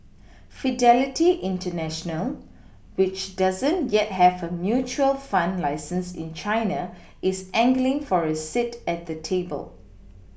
Fidelity international which doesn't yet have a mutual fund license in China is angling for a seat at the table